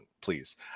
please